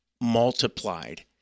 multiplied